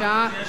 נגד,